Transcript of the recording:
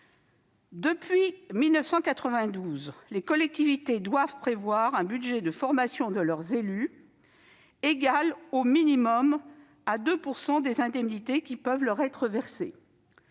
Depuis 1992, les collectivités doivent prévoir un budget de formation de leurs élus, égal au minimum à 2 % des indemnités qui peuvent leur être versées.